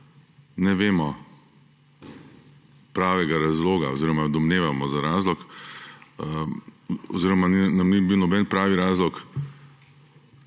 ne vemo pravega razloga oziroma domnevamo za razlog oziroma nam ni bil noben pravi razlog